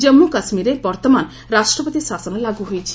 କାମ୍ମୁ କାଶ୍ମୀରରେ ବର୍ତ୍ତମାନ ରାଷ୍ଟ୍ରପତି ଶାସନ ଲାଗୁ ହୋଇଛି